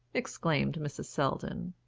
exclaimed mrs. selldon.